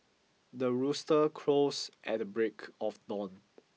the rooster crows at the break of dawn